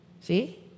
See